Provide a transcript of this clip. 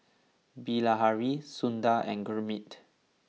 Bilahari Sundar and Gurmeet